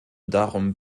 darum